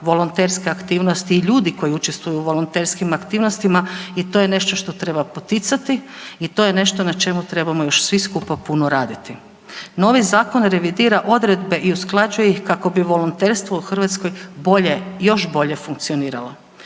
volonterske aktivnosti i ljudi koji učestvuju u volonterskim aktivnostima i to je nešto što treba poticati i to je nešto na čemu trebamo još svi skupa puno raditi. Novi zakon revidira odredbe i usklađuje ih kako bi volonterstvo u Hrvatskoj bolje, još bolje funkcioniralo.